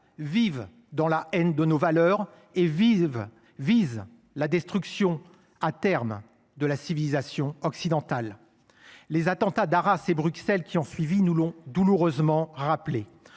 vit dans la haine de nos valeurs et vise la destruction à terme de la civilisation occidentale. Les attentats d’Arras et de Bruxelles qui ont suivi nous l’ont douloureusement rappelé.